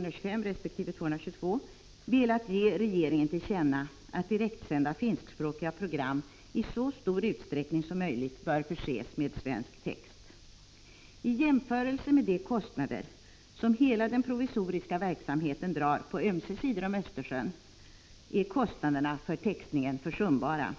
nr 222 velat ge regeringen till känna att direktsända finskspråkiga program i så stor utsträckning som möjligt bör förses med svensk text. I jämförelse med de kostnader som hela den provisoriska verksamheten drar på ömse sidor om Östersjön är kostnaderna för textningen försumbara.